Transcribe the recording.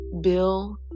Bill